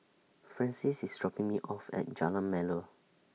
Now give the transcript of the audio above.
Francis IS dropping Me off At Jalan Melor